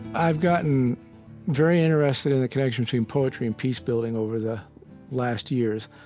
i've gotten very interested in the connection between poetry and peace-building over the last years.